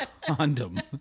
Condom